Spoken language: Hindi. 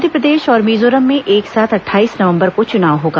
मध्यप्रदेश और मिजोरम में एक साथ अट्ठाईस नवम्बर को चुनाव होगा